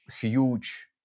huge